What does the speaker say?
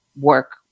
work